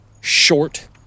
Short